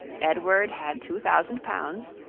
edward had two thousand pounds,